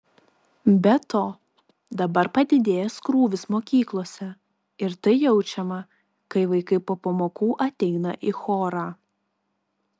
be to dabar padidėjęs krūvis mokyklose ir tai jaučiama kai vaikai po pamokų ateina į chorą